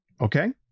okay